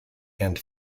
and